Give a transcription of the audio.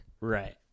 Right